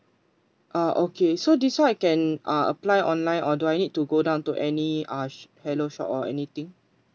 ah okay so this one I can uh apply online or do I need to go down to any uh hello shop or anything